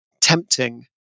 tempting